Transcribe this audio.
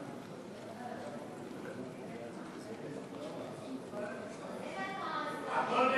ההצעה להעביר את הצעת חוק הרשויות המקומיות (מימון בחירות) (תיקון מס'